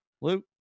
Luke